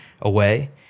away